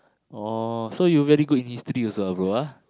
oh so you very good in history also ah bro ah